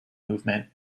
movement